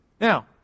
Now